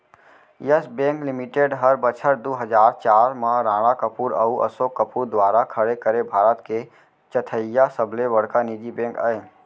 yes bank limited हर बछर दू हजार चार म राणा कपूर अउ असोक कपूर दुवारा खड़े करे भारत के चैथइया सबले बड़का निजी बेंक अय